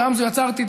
ו"עם זו יצרתי לי,